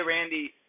Randy